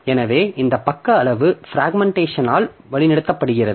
எனவே இந்த பக்க அளவு பிராக்மென்ட்டேஷன் ஆல் வழிநடத்தப்படுகிறது